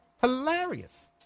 Hilarious